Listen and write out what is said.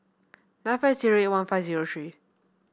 nine five zero one five zero three